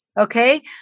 Okay